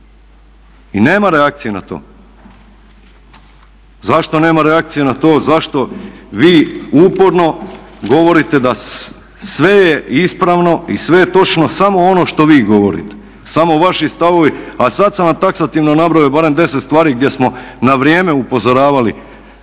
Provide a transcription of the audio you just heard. I nema reakcije na to. Zašto nema reakcije na to, zašto vi uporno govorite da sve je ispravno i sve je točno samo ono što vi govorite, samo vaši stavovi. A sada sam vam taksativno nabrojao barem 10 stvari gdje smo na vrijeme upozoravali